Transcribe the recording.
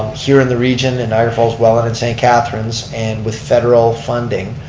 here in the region, in niagara falls, welland, and saint catharines and with federal funding.